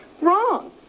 Wrong